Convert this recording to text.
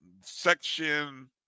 Section